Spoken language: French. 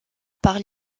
par